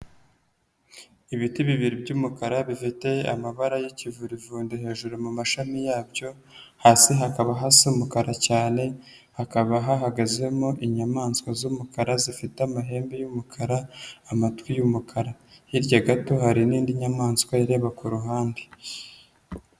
Ibiti bibiri by'umukara bifite amabara y'ikivurivundi hejuru mu mashami yabyo, hasi hakaba hasa umukara cyane, hakaba hahagazemo inyamaswa z'umukara zifite amahembe y'umukara, amatwi y'umukara. Hirya gato hari n'indi nyamaswa ireba ku ruhande.